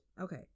okay